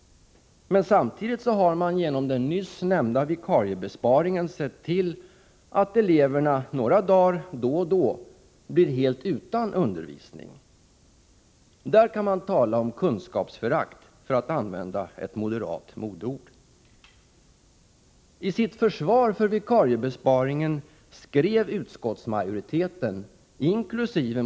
Men samtidigt har man genom den nyss nämnda vikariebesparingen sett till att eleverna några dagar då och då blir helt utan undervisning. I det sammanhanget kan man tala om kunskapsförakt, för att använda ett moderat modeord. I sitt försvar för vikariebesparingen skrev utskottsmajoriteten, inkl.